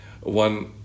One